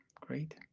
great